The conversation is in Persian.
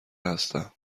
هستم